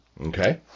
Okay